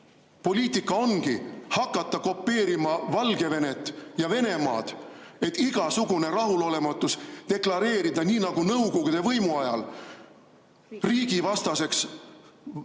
poliitika ongi hakata kopeerima Valgevenet ja Venemaad, et igasugune rahulolematus deklareerida nii nagu nõukogude võimu ajal riigivastaseks